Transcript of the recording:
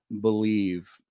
believe